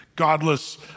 godless